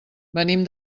venim